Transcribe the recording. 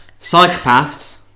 Psychopaths